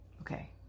Okay